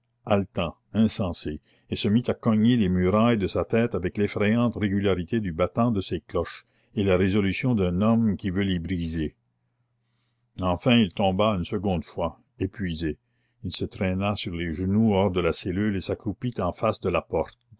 haletant insensé et se mit à cogner les murailles de sa tête avec l'effrayante régularité du battant de ses cloches et la résolution d'un homme qui veut l'y briser enfin il tomba une seconde fois épuisé il se traîna sur les genoux hors de la cellule et s'accroupit en face de la porte